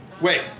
Wait